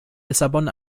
lissabon